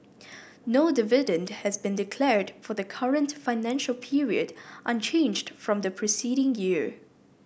no dividend has been declared for the current financial period unchanged from the preceding year